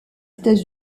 états